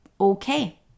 okay